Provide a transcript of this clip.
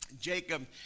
Jacob